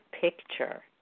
picture